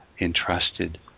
entrusted